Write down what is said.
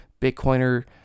bitcoiner